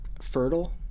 fertile